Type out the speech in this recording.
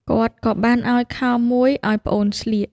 គាត់ក៏បានឱ្យខោមួយឱ្យប្អូនស្លៀក។